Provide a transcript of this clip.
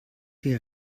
die